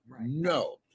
No